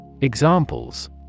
Examples